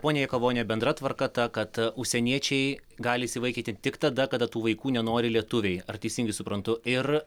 ponia jakavone bendra tvarka ta kad užsieniečiai gali įsivaikinti tik tada kada tų vaikų nenori lietuviai ar teisingai suprantu ir